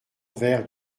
vers